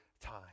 time